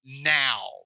now